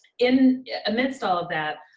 in amidst all of that,